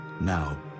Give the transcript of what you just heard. Now